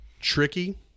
tricky